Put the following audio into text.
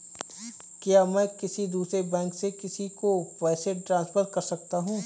क्या मैं किसी दूसरे बैंक से किसी को पैसे ट्रांसफर कर सकता हूं?